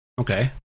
Okay